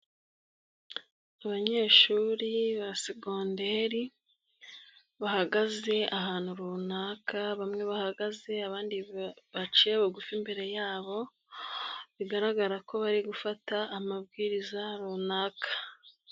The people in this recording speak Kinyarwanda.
Abanyeshuri ba segonderi bahagaze ahantu runaka, bamwe bahagaze abandi baciye bugufi imbere yabo, bigaragara ko bari gufata amabwiriza runaka.